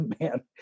man